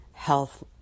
health